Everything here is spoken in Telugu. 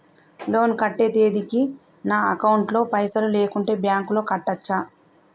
లోన్ కట్టే తేదీకి నా అకౌంట్ లో పైసలు లేకుంటే బ్యాంకులో కట్టచ్చా?